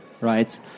right